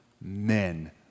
men